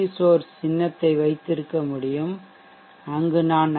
source சின்னத்தை வைத்திருக்க முடியும் அங்கு நான் ஐ